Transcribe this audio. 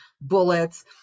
bullets